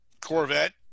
corvette